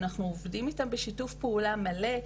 אנחנו עובדים איתם בשיתוף פעולה מלא,